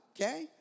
okay